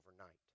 overnight